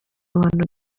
abantu